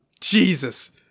Jesus